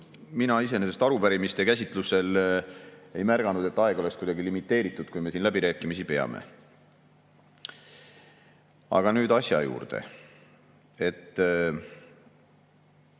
Mina iseenesest arupärimiste käsitluses ei märganud, et aeg oleks kuidagi limiteeritud, kui me siin läbirääkimisi peame. Aga nüüd asja juurde.